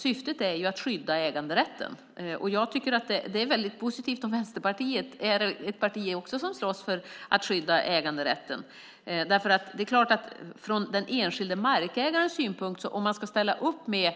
Syftet är ju att skydda äganderätten. Jag tycker att det är väldigt positivt om Vänsterpartiet också är ett parti som slåss för att skydda äganderätten. Det är klart att från den enskilde markägarens synpunkt är det ju så att om man ska ställa upp med